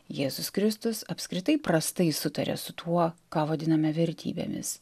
jėzus kristus apskritai prastai sutaria su tuo ką vadiname vertybėmis